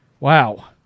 Wow